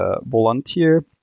volunteer